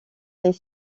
les